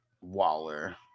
Waller